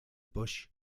busch